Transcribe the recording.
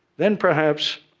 then, perhaps,